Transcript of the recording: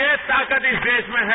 ये ताकत इस देश में है